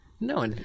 No